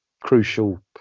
crucial